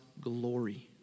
glory